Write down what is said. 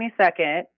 22nd